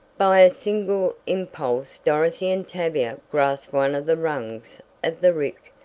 by a single impulse dorothy and tavia grasped one of the rungs of the rick,